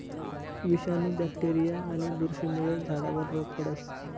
विषाणू, बॅक्टेरीया आणि बुरशीमुळे झाडावर रोग पडस